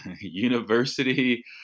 university